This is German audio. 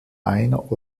einer